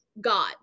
God